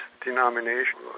denomination